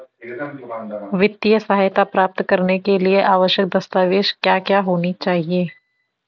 वित्तीय सहायता प्राप्त करने के लिए आवश्यक दस्तावेज क्या क्या होनी चाहिए?